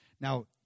now